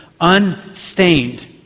unstained